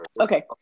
okay